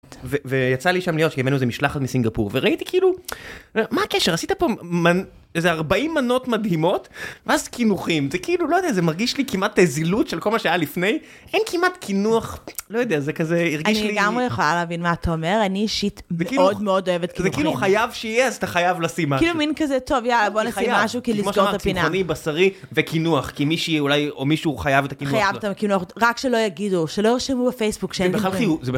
ויצא לי שם להיות שהבאנו משלחת מסינגפור וראיתי כאילו אני אומר מה הקשר עשית פה איזה 40 מנות מדהימות, ואז קינוחים זה כאילו לא יודע זה מרגיש לי כמעט זילות של כל מה שהיה לפני, אין כמעט קינוח לא יודע זה כזה הרגיש לי אני לגמרי יכולה להבין מה אתה אומר אני אישית מאוד מאוד אוהבת זה כאילו חייב שיהיה אז אתה חייב לשים מה כאילו מין כזה טוב יאללה בוא נעשה משהו כאילו. אתה חייב חלבי בשרי וקינוח כי מישהי אולי או מישהו חייב את הקינוח הזה חייב רק שלא יגידו שלא ירשמו בפייסבוק.זה בכלל